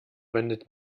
wendet